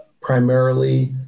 primarily